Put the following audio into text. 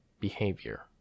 behavior